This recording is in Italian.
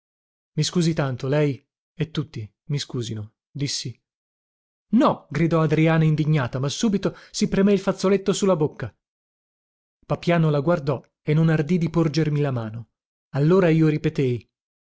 i scusi tanto lei e tutti mi scusino dissi no gridò adriana indignata ma subito si premé il fazzoletto su la bocca papiano la guardò e non ardì di porgermi la mano allora io ripetei